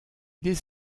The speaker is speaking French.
les